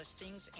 listings